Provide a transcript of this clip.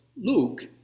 Luke